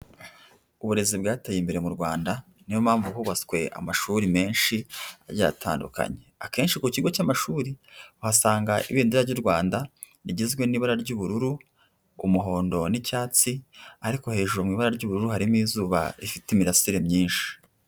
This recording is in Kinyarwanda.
Uburezi bwateye imbere mu Rwanda, ni yo mpamvu hubatswe amashuri menshi agiye atandukanye, akenshi ku kigo cy'amashuri uhasanga ibendera ry'u Rwanda, rigizwe n'irabara ry'ubururu, umuhondo n'icyatsi, ariko hejuru mu ibara ry'ubururu harimo izuba rifite imirasire myinshi.